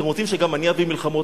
אתם רוצים שגם אני אביא מלחמות?